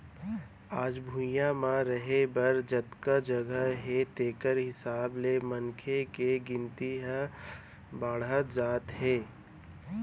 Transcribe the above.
आज भुइंया म रहें बर जतका जघा हे तेखर हिसाब ले मनखे के गिनती ह बाड़हत जात हे